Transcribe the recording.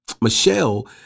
Michelle